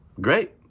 Great